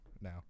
now